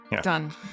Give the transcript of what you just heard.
Done